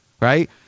right